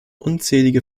unzählige